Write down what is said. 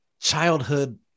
childhood